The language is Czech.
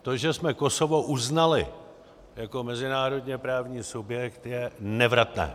To, že jsme Kosovo uznali jako mezinárodněprávní subjekt, je nevratné.